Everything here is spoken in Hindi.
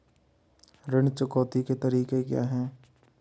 ऋण चुकौती के तरीके क्या हैं?